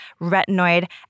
retinoid